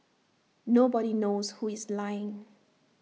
nobody knows who is lying